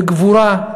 בגבורה,